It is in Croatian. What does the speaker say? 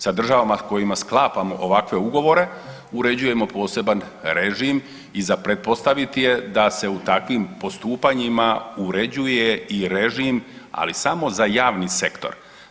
Sa državama s kojima sklapamo ovakve ugovore uređujemo poseban režim i za pretpostaviti je da se u takvim postupanjima uređuje i režim ali samo za javni sektor.